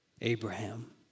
Abraham